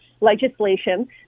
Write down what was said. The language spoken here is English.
legislation